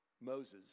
Moses